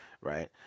Right